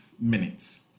minutes